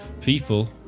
people